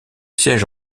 sièges